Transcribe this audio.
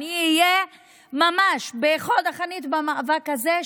אני אהיה ממש בחוד החנית במאבק הזה,